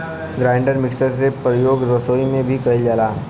grinder mixer के परियोग रसोई में भी कइल जाला